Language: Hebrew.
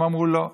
הם אמרו: לא.